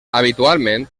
habitualment